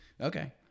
Okay